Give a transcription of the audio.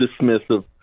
dismissive